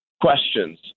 questions